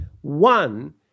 One